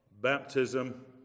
baptism